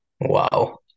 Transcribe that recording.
Wow